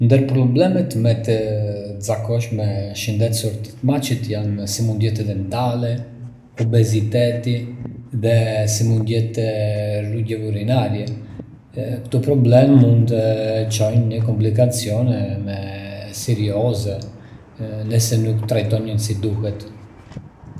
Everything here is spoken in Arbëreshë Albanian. Ndër problemet më të zakonshme shëndetësore tek macet janë sëmundjet dentale, obeziteti dhe sëmundjet e rrugëve urinare. Këto probleme mund të çojnë në komplikacione më serioze nëse nuk trajtohen si duhet.